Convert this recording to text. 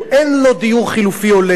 אין לו דיור חלופי הולם,